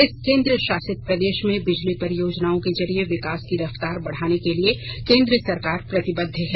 इस केन्द्रशासित प्रदेश में बिजली परियोजनाओं के जरि विकास की रफ्तार बढाने के लिए केन्द्र सरकार प्रतिबद्ध है